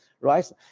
right